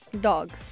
Dogs